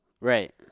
Right